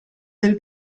del